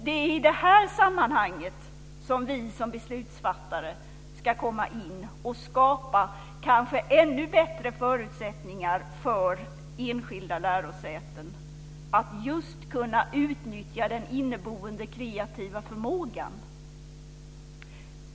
Det är i det här sammanhanget som vi som beslutsfattare ska komma in och skapa kanske ännu bättre förutsättningar för enskilda lärosäten att just kunna utnyttja den inneboende kreativa förmågan.